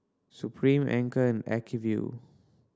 Supreme Anchor and Acuvue